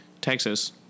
Texas